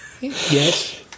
Yes